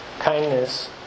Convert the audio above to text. Kindness